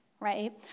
right